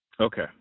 Okay